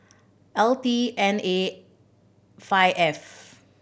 L T N A five F